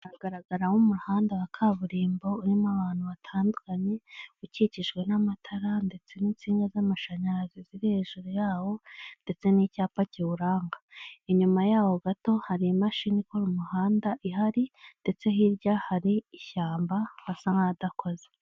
Haragaramo umuhanda wa kaburimbo urimo abantu batandukanye ukikijwe n'amatara ndetse n'insinga z'amashanyarazi ziri hejuru yawo ndetse n'icyapa kiwuranga, inyuma yawo gato hari imashini ikora umuhanda ihari ndetse hirya hari ishyamba basa nk'ahadakoze.